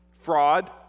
fraud